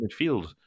midfield